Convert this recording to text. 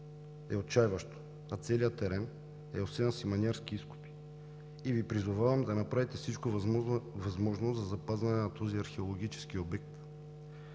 е отчайващо, а целият терен е осеян с иманярски изкопи. Призовавам Ви да направите всичко възможно за запазване на този археологически обект.